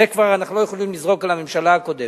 את זה אנחנו כבר לא יכולים לזרוק על הממשלה הקודמת.